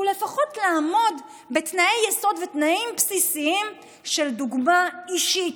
הוא לפחות לעמוד בתנאי יסוד ובתנאים בסיסיים של דוגמה אישית.